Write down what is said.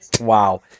Wow